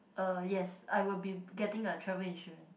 uh yes I will be getting a travel insurance